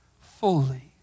fully